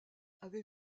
avait